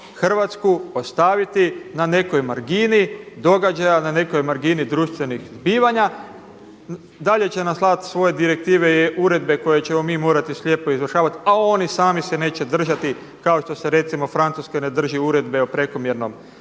Hrvatsku ostaviti na nekoj margini događaja, na nekoj margini društvenih zbivanja. Dalje će nam slati svoje direktive i uredbe koje ćemo mi morati slijepo izvršavati, a oni sami se neće držati kao što se recimo Francuska ne drži Uredbe o prekomjernom